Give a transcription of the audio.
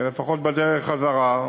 לפחות בדרך חזרה,